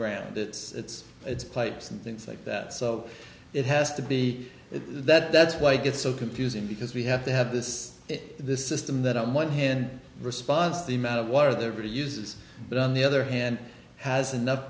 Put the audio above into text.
ground that it's it's plates and things like that so it has to be that that's why get so confusing because we have to have this this system that on one hand responds the amount of water their body uses but on the other hand has enough